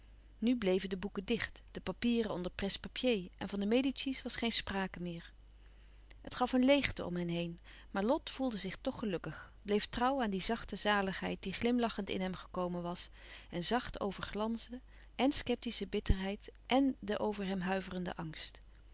nu bleven de boeken dicht de papieren onder presse-papier en van de medici's was geen sprake meer het gaf louis couperus van oude menschen de dingen die voorbij gaan een leêgte om hen heen maar lot voelde zich toch gelukkig bleef trouw aan die zachte zaligheid die glimlachend in hem gekomen was en zacht overglansde èn sceptische bitterheid èn den over hem huiverenden angst